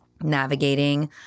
navigating